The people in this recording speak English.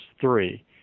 three